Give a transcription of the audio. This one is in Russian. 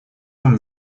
вам